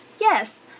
Yes